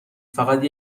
فقط